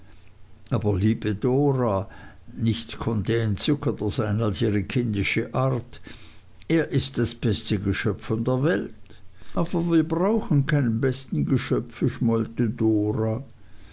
aber liebe dora nichts konnte entzückender sein als ihre kindische art er ist das beste geschöpf von der welt aber wir brauchen keine besten geschöpfe schmollte dora